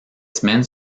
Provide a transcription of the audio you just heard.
semaines